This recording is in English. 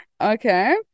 Okay